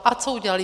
A co udělaly?